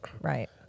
Right